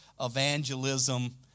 evangelism